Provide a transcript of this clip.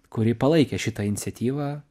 kuri palaikė šitą iniciatyvą